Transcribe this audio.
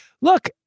look